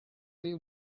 leave